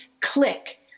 click